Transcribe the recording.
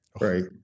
Right